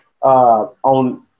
on